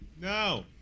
No